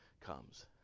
comes